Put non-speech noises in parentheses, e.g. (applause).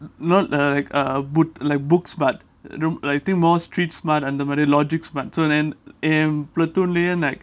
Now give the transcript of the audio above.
not uh like uh boo~ like book smart but I think more street smart அந்த மாதிரி:andha madhiri logic smart so and and platoon (laughs)